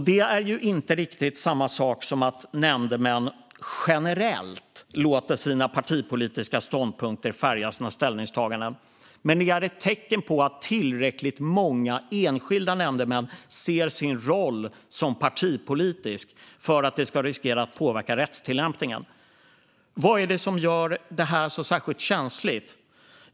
Det är inte riktigt samma sak som att nämndemän generellt låter sina partipolitiska ståndpunkter färga sina ställningstaganden. Men det är ett tecken på att tillräckligt många enskilda nämndemän ser sin roll som partipolitisk för att det ska riskera att påverka rättstillämpningen. Vad är det då som gör det här så särskilt känsligt?